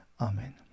Amen